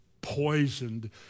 poisoned